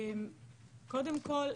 קודם כל,